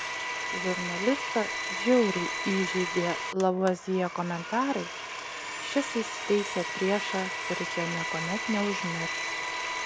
žurnalistą žiauriai įžeidė lavuazjė komentarai šis įsitaisė priešą kuris jo niekuomet neužmirš